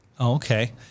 Okay